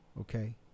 Okay